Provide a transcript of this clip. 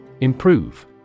Improve